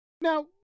Now